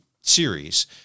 series